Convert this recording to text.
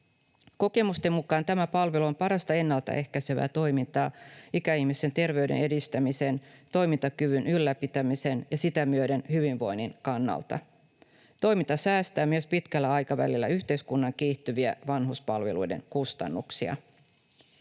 Kokemusten mukaan tämä palvelu on parasta ennalta ehkäisevää toimintaa ikäihmisten terveyden edistämisen, toimintakyvyn ylläpitämisen ja sitä myöden hyvinvoinnin kannalta. Toiminta säästää myös pitkällä aikavälillä yhteiskunnan kiihtyviä vanhuspalveluiden kustannuksia.